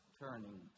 turning